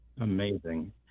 Amazing